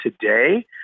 today